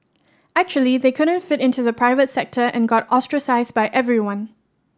actually they couldn't fit into the private sector and got ostracised by everyone